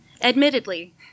Admittedly